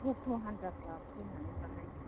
fucked' हान्जाफोरा फैनानै बेवहाय